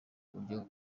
buryo